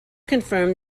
confirmed